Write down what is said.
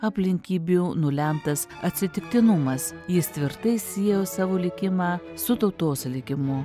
aplinkybių nulemtas atsitiktinumas jis tvirtai siejo savo likimą su tautos likimu